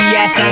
Yes